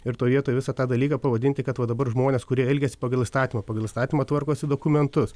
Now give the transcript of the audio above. ir toj vietoj visą tą dalyką pavadinti kad va dabar žmonės kurie elgiasi pagal įstatymą pagal įstatymą tvarkosi dokumentus